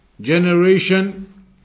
generation